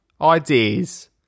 ideas